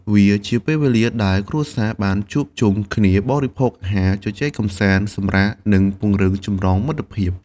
វាជាពេលវេលាដែលគ្រួសារបានជួបជុំគ្នា បរិភោគអាហារ ជជែកកម្សាន្ត សម្រាក និងពង្រឹងចំណងមិត្តភាព។